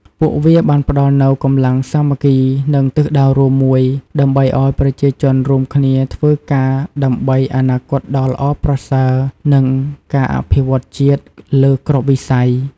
ពួកវាបានផ្តល់នូវ កម្លាំងសាមគ្គី និង ទិសដៅរួម មួយ ដើម្បីឲ្យប្រជាជនរួមគ្នាធ្វើការដើម្បី អនាគតដ៏ល្អប្រសើរ និង ការអភិវឌ្ឍន៍ជាតិ លើគ្រប់វិស័យ។